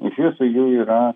iš viso jų yra